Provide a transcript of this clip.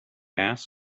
asked